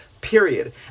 period